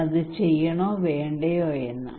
ഞാൻ അത് ചെയ്യണോ വേണ്ടയോ എന്ന്